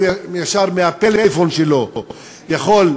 הוא ישר מהפלאפון שלו יכול.